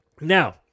Now